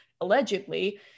allegedly